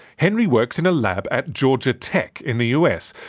henry works in a lab at georgia tech, in the us,